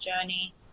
journey